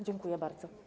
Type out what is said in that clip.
Dziękuję bardzo.